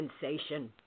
sensation